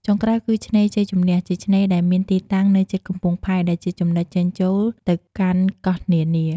ចុងក្រោយគឺ ឆ្នេរជ័យជំនះ ជាឆ្នេរដែលមានទីតាំងនៅជិតកំពង់ផែ ដែលជាចំណុចចេញចូលទៅកាន់កោះនានា។